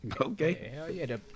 Okay